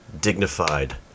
dignified